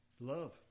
Love